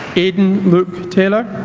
aidan luke taylor